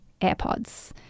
AirPods